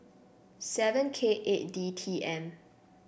seven K eight D T M